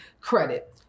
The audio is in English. credit